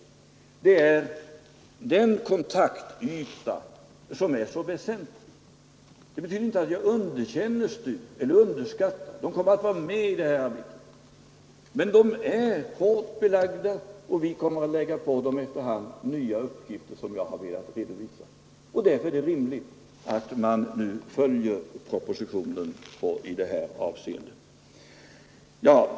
Det är den kontaktytan som är så väsentlig. Det betyder inte att jag underkänner eller underskattar styrelsen för teknisk utveckling — den kommer att vara med i arbetet. Men STU är hårt arbetsbelastad, och vi kommer efter hand att lägga på den nya uppgifter. Därför är det rimligt att man följer propositionens förslag i det här avseendet.